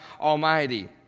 Almighty